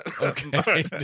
Okay